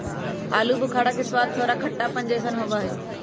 आलू बुखारा के स्वाद थोड़ा खट्टापन जयसन होबा हई